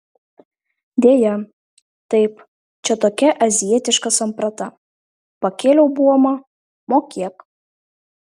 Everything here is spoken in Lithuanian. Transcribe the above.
deja taip čia tokia azijietiška samprata pakėliau buomą mokėk